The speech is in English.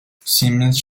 siemens